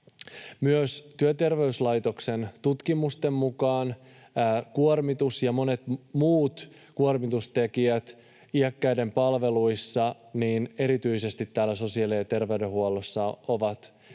Myös Työterveyslaitoksen tutkimusten mukaan kuormitus ja monet muut kuormitustekijät iäkkäiden palveluissa erityisesti täällä sosiaali- ja terveydenhuollossa ovat